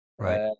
Right